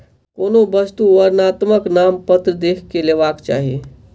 कोनो वस्तु वर्णनात्मक नामपत्र देख के लेबाक चाही